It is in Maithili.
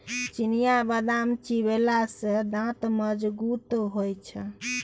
चिनियाबदाम चिबेले सँ दांत मजगूत होए छै